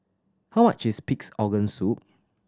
how much is Pig's Organ Soup